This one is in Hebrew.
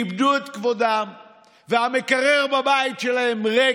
איבדו את כבודם והמקרר בבית שלהם ריק,